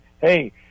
hey